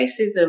racism